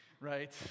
right